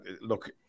Look